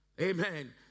Amen